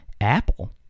Apple